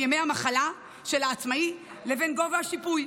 ימי המחלה של העצמאי לבין גובה השיפוי.